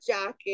jacket